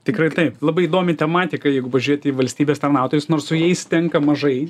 tikrai taip labai įdomi tematika jeigu pažiūrėt į valstybės tarnautojus nors su jais tenka mažai